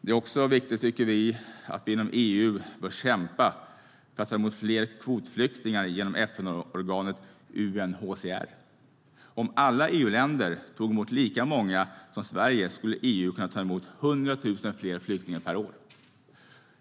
Det är också viktigt att inom EU kämpa för att ta emot fler kvotflyktingar genom FN-organet UNHCR. Om alla EU-länder tog emot lika många som Sverige skulle EU kunna ta emot 100 000 fler flyktingar per år.